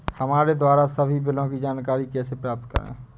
हमारे द्वारा सभी बिलों की जानकारी कैसे प्राप्त करें?